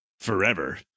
forever